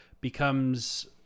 becomes